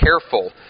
careful